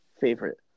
favorite